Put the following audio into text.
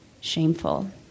shameful